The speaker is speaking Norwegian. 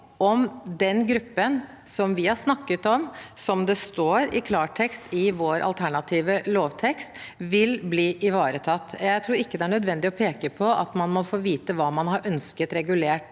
om den gruppen som vi har snakket om, som det står i klartekst i vår alternative lovtekst, vil bli ivaretatt. Jeg tror ikke det er nødvendig å peke på at man må få vite hva man har ønsket regulert